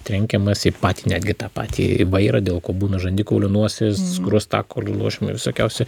trenkiamas į patį netgi tą patį vairą dėl ko būna žandikauliu nosis grūsta kur nuožmiai visokiausi